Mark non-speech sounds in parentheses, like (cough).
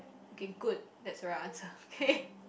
okay good that's the right answer (laughs) okay